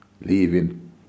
leaving